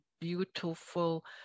beautiful